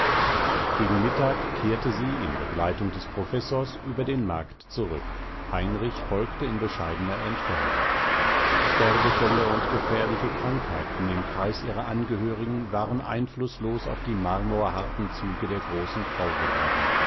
gegen mittag kehrte sie in begleitung des professors über den markt zurück heinrich folgte in bescheidener entfernung sterbefälle und gefährliche krankheiten im kreis ihrer angehörigen waren einflußlos auf die marmorharten züge der großen frau geblieben